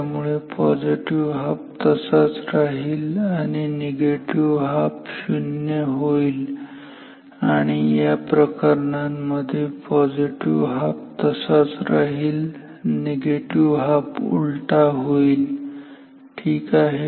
त्यामुळे positive half तसाच राहील आणि निगेटिव्ह हाफ शून्य होईल आणि या प्रकरणांमध्ये पॉझिटिव्ह हाफ तसाच राहील निगेटिव्ह हाफ उलटा होईल ठीक आहे